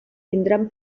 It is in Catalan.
tindran